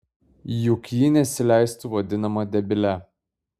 juk ji nesileistų vadinama debile